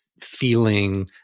feeling